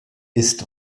ist